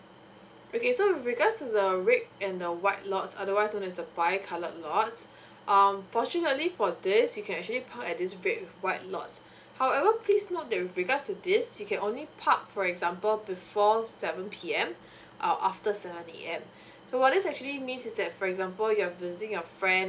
okay with regards to the red and the white lots otherwise known as the bi coloured lots um fortunately for this you can actually park at this re~ white lots however please note that with regards to this you can only park for example before seven P_M or after seven A_M so what this actually means is that for example you're visiting your friend